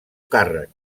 càrrec